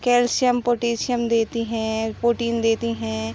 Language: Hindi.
कैल्शियम पोटेशियम देती हैं प्रोटीन देती हैं